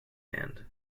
hand